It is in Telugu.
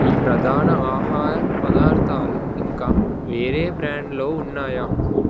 ఈ ప్రధాన ఆహార పదార్థాలు ఇంకా వేరే బ్రాండ్లో ఉన్నాయా